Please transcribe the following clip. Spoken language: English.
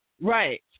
Right